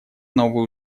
новые